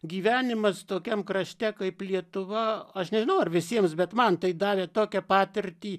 gyvenimas tokiam krašte kaip lietuva aš nežinau ar visiems bet man tai davė tokią patirtį